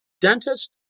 dentist